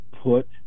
put